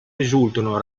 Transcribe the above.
risultano